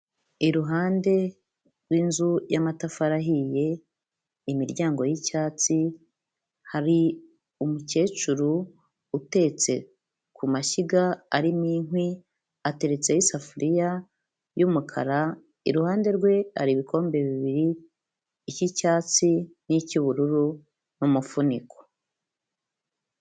Iruhande rw'inzu y'amatafari ahiye, imiryango y'icyatsi, hari umukecuru utetse ku mashyiga arimo inkwi, ateretseho isafuriya y'umukara, iruhande rwe hari ibikombe bibiri, icy'icyatsi n'icy'ubururu n'umufuniko.